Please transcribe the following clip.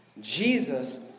Jesus